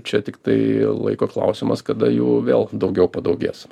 čia tiktai laiko klausimas kada jų vėl daugiau padaugės